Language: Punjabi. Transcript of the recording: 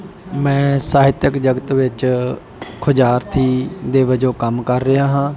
ਮੈਂ ਸਾਹਿਤਕ ਜਗਤ ਵਿੱਚ ਖੋਜਾਰਥੀ ਦੇ ਵਜੋਂ ਕੰਮ ਕਰ ਰਿਹਾ ਹਾਂ